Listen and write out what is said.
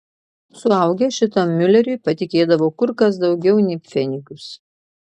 suaugę šitam miuleriui patikėdavo kur kas daugiau nei pfenigus